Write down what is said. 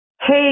Hey